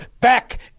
back